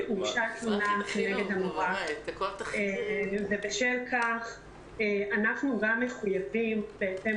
הוגשה תלונה נגד המורה ובשל כך אנחנו גם מחויבים בהתאם